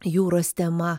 jūros tema